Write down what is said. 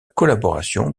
collaboration